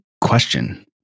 question